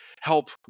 help